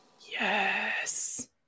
Yes